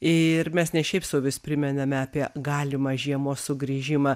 ir mes ne šiaip sau vis primename apie galimą žiemos sugrįžimą